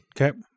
Okay